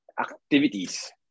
activities